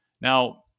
Now